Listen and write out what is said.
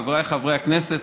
חבריי חברי הכנסת,